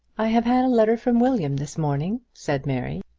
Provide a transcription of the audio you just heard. i have had a letter from william this morning, said mary.